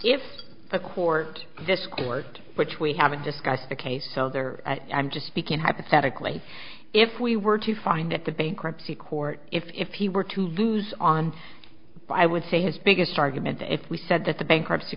if the court this court which we haven't discussed the case so there i'm just speaking hypothetically if we were to find that the bankruptcy court if he were to lose on i would say his biggest argument that if we said that the bankruptcy